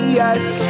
yes